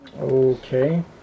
Okay